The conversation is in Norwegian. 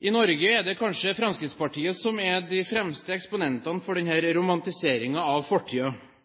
I Norge er det kanskje Fremskrittspartiet som er den fremste eksponenten for denne romantiseringen av